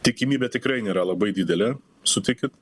tikimybė tikrai nėra labai didelė sutikit